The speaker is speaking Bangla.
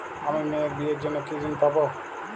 আমি মেয়ের বিয়ের জন্য কি ঋণ পাবো?